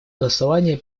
голосование